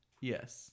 Yes